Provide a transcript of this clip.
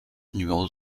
numéro